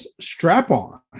strap-on